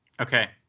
okay